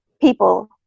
people